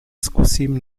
zkusím